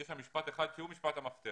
יש שם משפט אחד שהוא משפט המפתח.